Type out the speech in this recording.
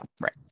right